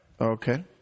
Okay